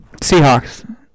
Seahawks